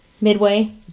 Midway